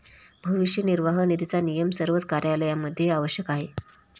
भविष्य निर्वाह निधीचा नियम सर्वच कार्यालयांमध्ये आवश्यक आहे